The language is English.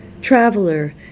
Traveler